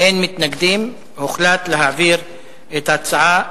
ההצעה להעביר את הצעת